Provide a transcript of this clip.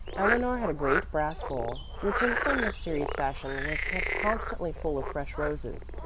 eleanor had a great brass bowl, which in some mysterious fashion was kept constantly full of fresh roses,